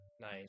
nice